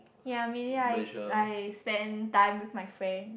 ya mainly I I spend time with my friend